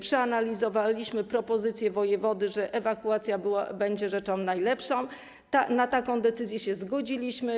Przeanalizowaliśmy propozycję wojewody, że ewakuacja będzie rzeczą najlepszą, na taką decyzję się zgodziliśmy.